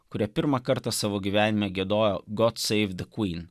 kurie pirmą kartą savo gyvenime giedojo god save the queen